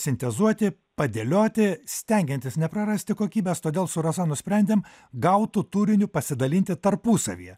sintezuoti padėlioti stengiantis neprarasti kokybės todėl su rasa nusprendėm gautu turiniu pasidalinti tarpusavyje